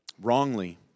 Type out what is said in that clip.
wrongly